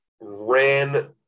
ran